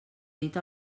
dit